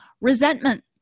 Resentment